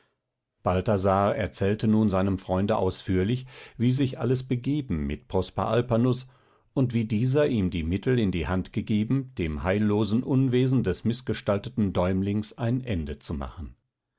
balthasar erzählte nun seinem freunde ausführlich wie sich alles begeben mit prosper alpanus und wie dieser ihm die mittel in die hand gegeben dem heillosen unwesen des mißgestalteten däumlings ein ende zu machen